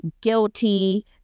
guilty